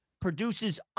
produces